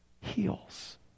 heals